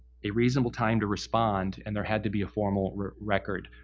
a reasonable time to respond, and there had to be a formal record.